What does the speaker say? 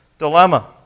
Dilemma